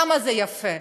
כמה זה יפה,